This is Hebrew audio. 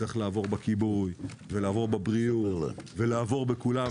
צריך לעבור בכיבוי ולעבור בבריאות ולעבור אצל כולם.